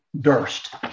Durst